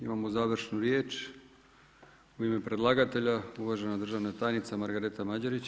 Imamo završnu riječ, u ime predlagatelja uvažena državna tajnica Margareta Mađerić.